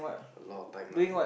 a lot of time lah